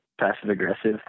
passive-aggressive